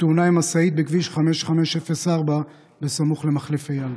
בתאונה עם משאית בכביש 5504 סמוך למחלף אייל.